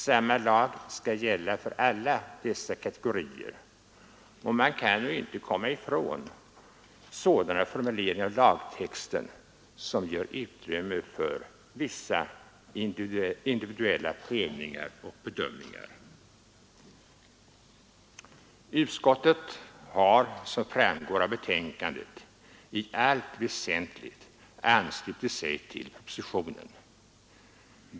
Samma lag skall gälla för alla dessa kategorier, och man kan nog inte komma ifrån sådana formuleringar av lagtexten som ger utrymme för vissa individuella prövningar och bedömningar. Utskottet har, som framgår av betänkandet, i allt väsentligt anslutit sig till propositionen.